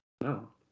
No